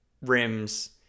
rims